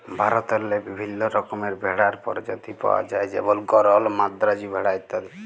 ভারতেল্লে বিভিল্ল্য রকমের ভেড়ার পরজাতি পাউয়া যায় যেমল গরল, মাদ্রাজি ভেড়া ইত্যাদি